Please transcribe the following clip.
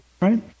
right